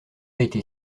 été